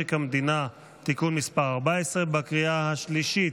משק המדינה (תיקון מס' 14) בקריאה השלישית.